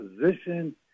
position